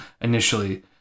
initially